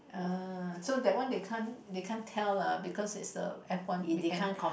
uh so that one they can't they can't tell lah because is the F one weekend